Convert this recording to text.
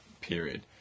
period